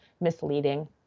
misleading